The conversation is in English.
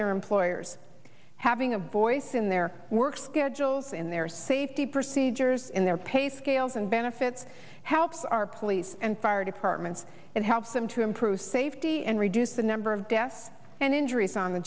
their employers having a voice in their work schedules in their safety procedures in their pay scales and benefits helps our police and fire departments and helps them to improve safety and reduce the number of deaths and injuries on the